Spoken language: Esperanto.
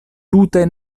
tute